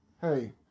Hey